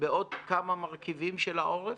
בעוד כמה מרכיבים של העורף.